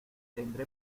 tendré